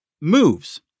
moves